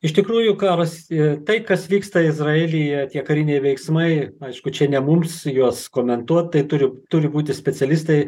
iš tikrųjų karas i tai kas vyksta izraelyje tie kariniai veiksmai aišku čia ne mums juos komentuot tai turiu turi būti specialistai